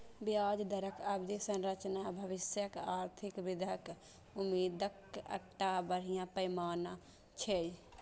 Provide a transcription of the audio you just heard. ब्याज दरक अवधि संरचना भविष्यक आर्थिक वृद्धिक उम्मीदक एकटा बढ़िया पैमाना छियै